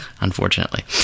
unfortunately